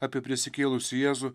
apie prisikėlusį jėzų